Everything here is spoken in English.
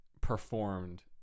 performed